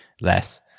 less